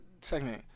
second